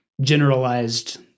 generalized